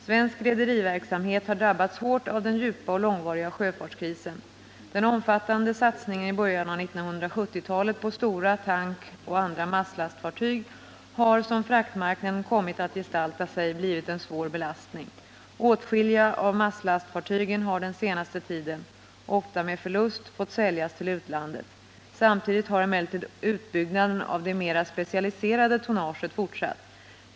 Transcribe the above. Svensk rederiverksamhet har drabbats hårt av den djupa och långvariga sjöfartskrisen. Den omfattande satsningen i början av 1970-talet på stora tankoch andra masslastfartyg har som fraktmarknaden kommit att gestalta sig blivit en svår belastning. Åtskilliga av masslastfartygen har den senaste tiden — ofta med förlust — fått säljas till utlandet. Samtidigt har emellertid utbyggnaden av det mera specialiserade tonnaget fortsatt.